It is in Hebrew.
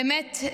באמת,